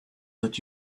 that